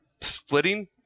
splitting